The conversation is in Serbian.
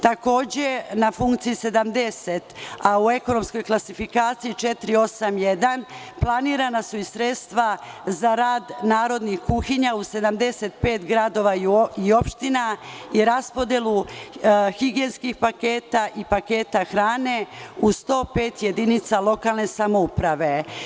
Dalje, na funkciji 70, a u ekonomskoj klasifikaciji 481, planirana su i sredstva za rad narodnih kuhinja u 75 gradova i opština i raspodela higijenskih paketa i paketa hrane u 105 jedinica lokalne samouprave.